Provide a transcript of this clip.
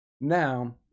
Now